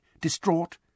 Distraught